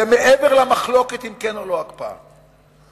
זה מעבר למחלוקת על הקפאה כן או לא,